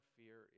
fear